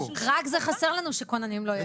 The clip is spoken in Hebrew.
רק זה חסר לנו שכוננים לא יהיה להם.